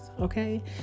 okay